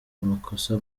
amakosa